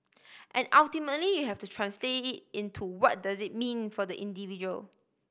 and ultimately you have to translate it into what does it mean for the individual